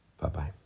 Bye-bye